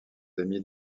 amis